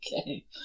Okay